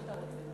מה שתרצה.